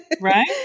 Right